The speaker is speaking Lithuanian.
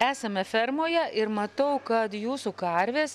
esame fermoje ir matau kad jūsų karvės